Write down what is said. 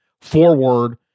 forward